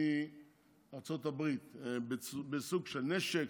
מארצות הברית בסוג של נשק,